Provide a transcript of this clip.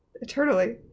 eternally